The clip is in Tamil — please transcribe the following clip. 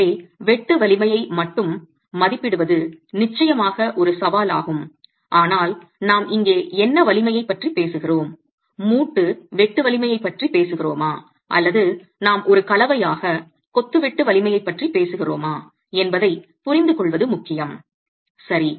எனவே வெட்டு வலிமையை மட்டும் மதிப்பிடுவது நிச்சயமாக ஒரு சவாலாகும் ஆனால் நாம் இங்கே என்ன வலிமையைப் பற்றி பேசுகிறோம் மூட்டு வெட்டு வலிமையைப் பற்றி பேசுகிறோமா அல்லது நாம் ஒரு கலவையாக கொத்து வெட்டு வலிமையைப் பற்றி பேசுகிறோமா என்பதைப் புரிந்துகொள்வது முக்கியம் சரி